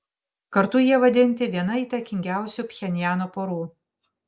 kartu jie vadinti viena įtakingiausių pchenjano porų